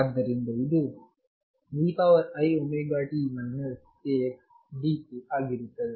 ಆದ್ದರಿಂದ ಇದು eiωt kxd kಆಗಿರುತ್ತದೆ